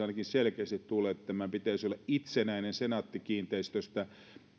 ainakin selkeästi tuli että tämän pitäisi olla itsenäinen senaatti kiinteistöistä